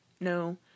no